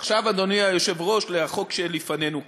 עכשיו, אדוני היושב-ראש, לחוק שלפנינו כאן.